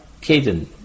Caden